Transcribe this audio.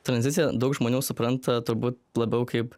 tranziciją daug žmonių supranta turbūt labiau kaip